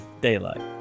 daylight